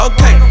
Okay